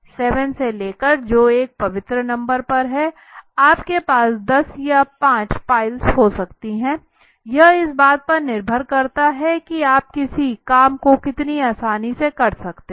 7 से लेकर जो एक पवित्र नंबर पर है आप के पास 10 या 5 पाइल्स हो सकती है यह इस बात पर निर्भर करता है कि आप किसी काम को कितनी आसानी से कर सकते हैं